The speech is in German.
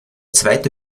zweite